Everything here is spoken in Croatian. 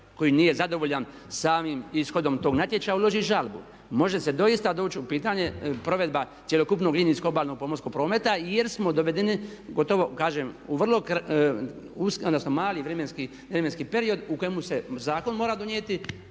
koji nije zadovoljan samim ishodom tog natječaja uloži žalbu. Može se doista doći u pitanje provedba cjelokupnog linijskog obalnog pomorskog prometa jer smo dovedeni gotovo kažem u vrlo, usko, mali vremenski period u kojemu se zakon mora donijeti